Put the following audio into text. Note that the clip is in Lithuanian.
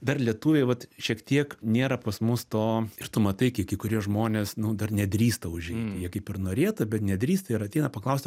dar lietuviai vat šiek tiek nėra pas mus to ir tu matai kai kurie žmonės nu dar nedrįsta užeit jie kaip ir norėtų bet nedrįsta ir ateina paklaust o